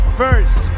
first